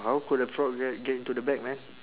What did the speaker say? how could a frog get get into the bag man